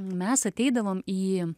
mes ateidavom į